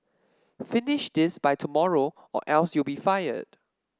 finish this by tomorrow or else you'll be fired